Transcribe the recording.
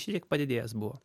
šiek tiek padidėjęs buvo